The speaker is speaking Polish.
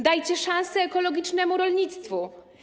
Dajcie szansę ekologicznemu rolnictwu.